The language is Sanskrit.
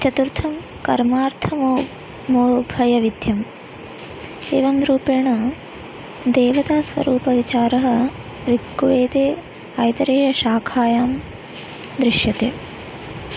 चतुर्थं कर्मार्थमोभयविध्यं एवं रूपेण देवतास्वरूपविचारः ऋग्वेदे ऐतरेयशाखायाम् दृश्यते